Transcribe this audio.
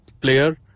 player